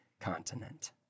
continent